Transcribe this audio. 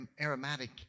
Aromatic